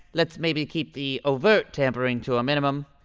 let's maybe keep the overt tampering to a minimum.